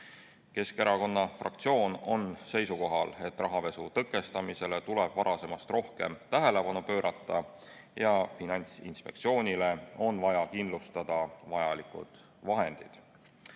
hoomamatu. Keskerakonna fraktsioon on seisukohal, et rahapesu tõkestamisele tuleb varasemast rohkem tähelepanu pöörata ja Finantsinspektsioonile on vaja kindlustada vajalikud vahendid.